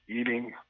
eating